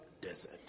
desert